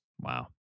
Wow